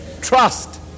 Trust